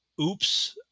oops